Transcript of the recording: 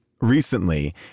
recently